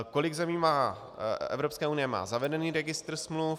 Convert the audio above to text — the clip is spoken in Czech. Kolik zemí Evropské unie má zavedený Registr smluv?